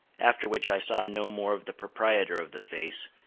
after which i saw no more of the proprietor of the face,